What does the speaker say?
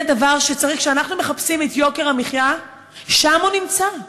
כשאנחנו מחפשים את יוקר המחיה, שם הוא נמצא.